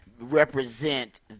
represent